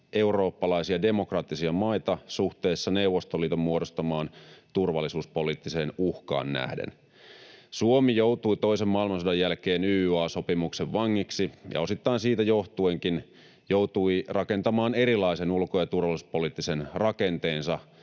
eurooppalaisia demokraattisia maita suhteessa Neuvostoliiton muodostamaan turvallisuuspoliittiseen uhkaan. Suomi joutui toisen maailmansodan jälkeen YYA-sopimuksen vangiksi ja osittain siitä johtuenkin joutui rakentamaan erilaisen ulko- ja turvallisuuspoliittisen rakenteensa